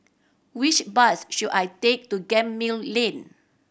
which bus should I take to Gemmill Lane